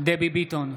דבי ביטון,